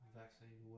vaccine